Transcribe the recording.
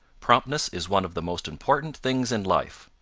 promptness is one of the most important things in life.